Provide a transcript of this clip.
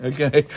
Okay